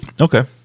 Okay